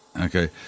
okay